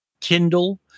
kindle